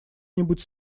нибудь